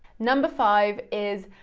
number five is,